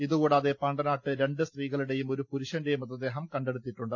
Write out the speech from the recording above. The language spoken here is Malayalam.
ഇതുകൂടാതെ പാണ്ടനാട്ട് രണ്ട് സ്ത്രീകളുടെയും ഒരു പുരുഷന്റെയും മൃതദേഹം കണ്ടെടുത്തിട്ടുണ്ട്